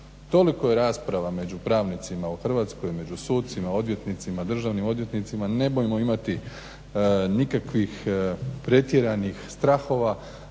Toliko je rasprava među pravnicima u Hrvatskoj, među sucima, odvjetnicima, državnim odvjetnicima, nemojmo imati nikakvih pretjeranih strahova